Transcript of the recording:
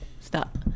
Stop